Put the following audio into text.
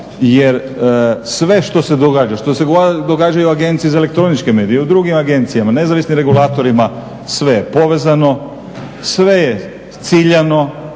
jer sve što se događa, što se događa i u Agenciji za elektroničke medije i u drugim agencijama, nezavisnim regulatorima sve je povezano, sve je ciljano,